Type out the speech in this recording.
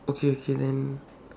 okay okay and